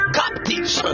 captives